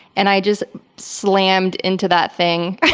and i just slammed into that thing,